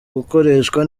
gukoreshwa